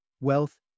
wealth